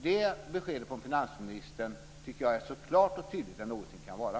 Det beskedet från finansministern tycker jag är så klart och tydligt det någonsin kan vara.